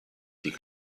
die